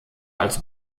als